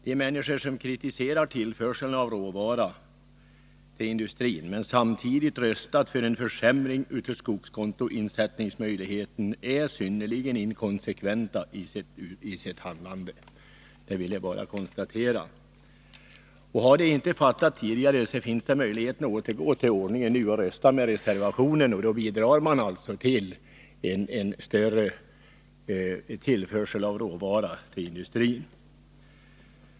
De som kritiserar tillförseln av råvara till industrin men som samtidigt röstat för en försämring när det gäller möjligheten till skogskontoinsättning är synnerligen inkonsekventa i sitt handlande. Även om de inte har förstått detta tidigare, finns det nu en möjlighet att återgå till ordningen. Det gäller bara att rösta för reservationen. På det sättet bidrar man till en bättre tillförsel av råvara till industrin.